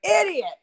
idiot